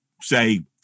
say